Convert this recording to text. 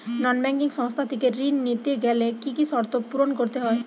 নন banking সংস্থা থেকে ঋণ নিতে গেলে কি কি শর্ত পূরণ করতে হয়?